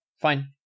fine